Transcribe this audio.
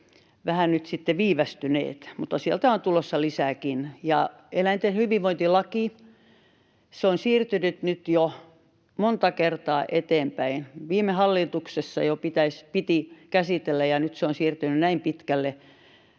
vähän nyt sitten viivästyneet, mutta sieltä on tulossa lisääkin. Ja eläinten hyvinvointilaki on siirtynyt nyt jo monta kertaa eteenpäin. Viime hallituksessa jo piti käsitellä, ja nyt se on siirtynyt näin pitkälle.